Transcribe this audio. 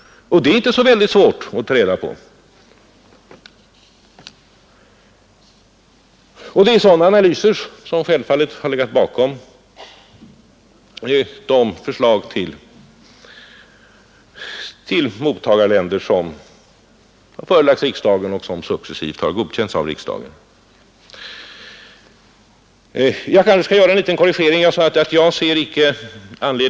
Och det är inte så svårt att ta reda på. Sådana analyser har självfallet legat bakom de förslag i fråga om mottagarländer som förelagts riksdagen och som successivt har godkänts av riksdagen. Jag kanske skall göra en liten korrigering eller ett tillägg till vad jag sade om ländervalet i mitt första inlägg.